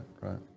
right